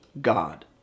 God